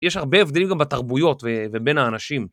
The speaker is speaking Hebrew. יש הרבה הבדלים גם בתרבויות ובין האנשים.